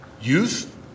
youth